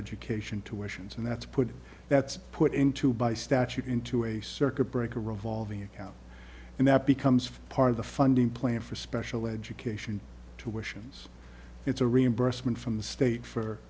education tuitions and that's put that's put into by statute into a circuit breaker revolving account and that becomes part of the funding plan for special education to wishes it's a reimbursement from the state for